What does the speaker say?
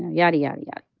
yada, yada, yada.